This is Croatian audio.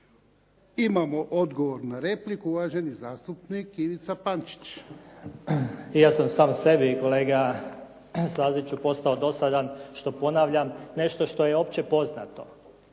Imamo odgovor na repliku uvaženi zastupnik Ivica Pančić. **Pančić, Ivica (SDP)** I ja sam sam sebi kolega Staziću postao dosadan što ponavljam nešto što je opće poznato.